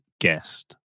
guest